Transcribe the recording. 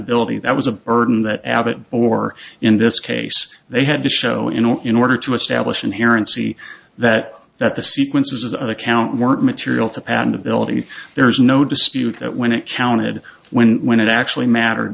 ability that was a burden that abbott or in this case they had to show in all in order to establish inherent see that that the sequences of the count weren't material to patentability there is no dispute that when it counted when when it actually mattered